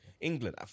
England